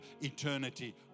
eternity